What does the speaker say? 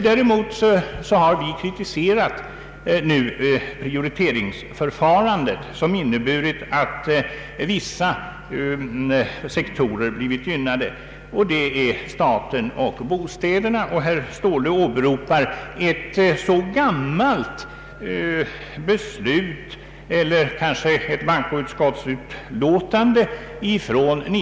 Däremot har vi kritiserat prioriteringsförfarandet, som inneburit att vissa sektorer blivit gynnade, den statliga och bostadsbyggandet. Herr Ståhle åberopar ett så gammalt beslut som det riksdagen fattade 1962 på grundval av bankoutskottets utlåtande den gången.